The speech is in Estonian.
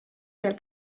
seal